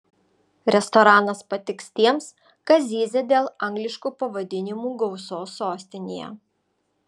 restoranas patiks tiems kas zyzia dėl angliškų pavadinimų gausos sostinėje